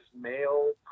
male